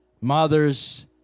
mothers